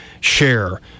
share